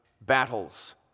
battles